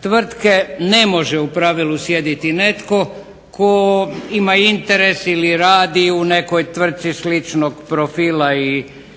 tvrtke ne može u pravilu raditi netko tko ima interes ili radi u nekoj tvrtci sličnog profila